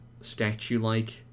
statue-like